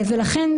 לכן,